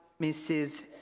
Mrs